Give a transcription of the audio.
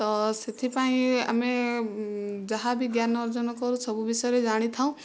ତ ସେଥିପାଇଁ ଆମେ ଯାହା ବି ଜ୍ଞାନ ଅର୍ଜନ କରୁ ସବୁ ବିଷୟରେ ଜାଣିଥାଉ